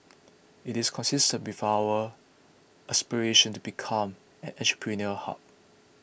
it is consistent before our aspiration to become an entrepreneurial hub